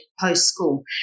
post-school